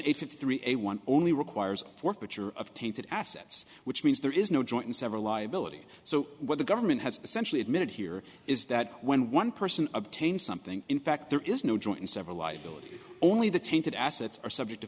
eighty three a one only requires forfeiture of tainted assets which means there is no joint and several liability so what the government has essentially admitted here is that when one person obtain something in fact there is no joint and several liability only the tainted assets are subject to